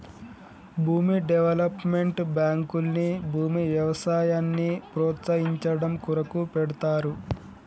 భూమి డెవలప్మెంట్ బాంకుల్ని భూమి వ్యవసాయాన్ని ప్రోస్తయించడం కొరకు పెడ్తారు